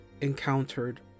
encountered